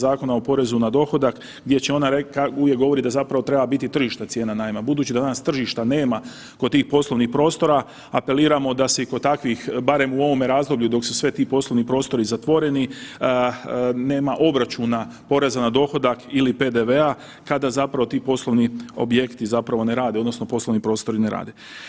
Zakona o porezu na dohodak gdje će ona, uvijek govori da zapravo treba biti tržišna cijena najma, budući da danas tržišta kod tih poslovnih prostora, apeliramo da se i kod takvih barem u ovome razdoblju dok su sve ti poslovni prostori zatvoreni nema obračuna poreza na dohodak ili PDV-a kada zapravo ti poslovni objekti zapravo ne rade odnosno poslovni prostori ne rade.